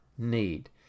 need